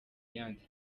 yanze